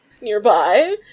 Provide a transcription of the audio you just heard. nearby